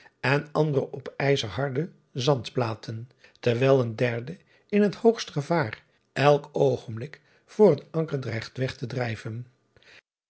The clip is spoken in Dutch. en andere op ijzer harde zandplaten terwijl een derde in het hoogst gevaar elk oogenblik voor het anker dreigt weg te drijven